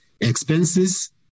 Expenses